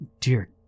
Dear